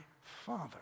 father